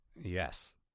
Yes